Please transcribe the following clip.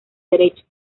derecho